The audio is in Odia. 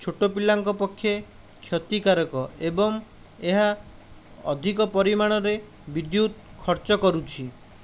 ଛୋଟ ପିଲାଙ୍କ ପକ୍ଷେ କ୍ଷତିକାରକ ଏବଂ ଏହା ଅଧିକ ପରିମାଣରେ ବିଦ୍ୟୁତ ଖର୍ଚ୍ଚ କରୁଛି